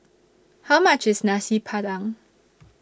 How much IS Nasi Padang